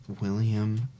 William